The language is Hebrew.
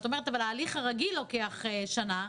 אבל את אומרת שההליך הרגיל לוקח שנה,